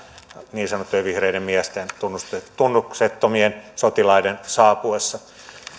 niin sanottujen vihreiden miesten tunnuksettomien tunnuksettomien sotilaiden saapuessa